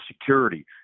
security